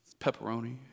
Pepperoni